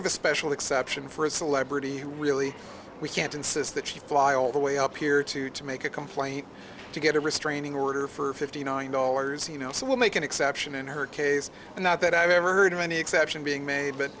of a special exception for a celebrity who really we can't insist that she fly all the way up here to to make a complaint to get a restraining order for fifty nine dollars you know so we'll make an exception in her case and not that i've ever heard of any exception being made but